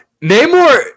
Namor